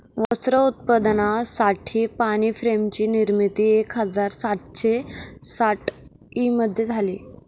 वस्त्र उत्पादनासाठी पाणी फ्रेम ची निर्मिती एक हजार सातशे साठ ई मध्ये झाली